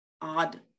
odd